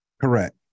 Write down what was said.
Correct